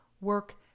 work